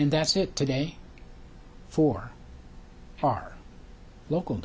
and that's it today for our local